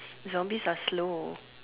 zombies are slow